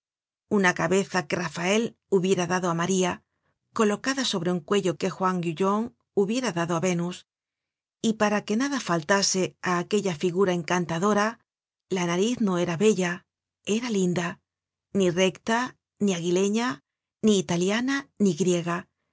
una cabeza que rafael hubiera dado á maría colocada sobre un cuello que juan gujon hubiera dado á venus y para que nada faltase á aquella figura encantadora la nariz no era bella era linda ni recta ni aguileña ni italiana ni griega